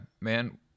man